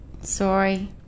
Sorry